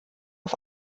auf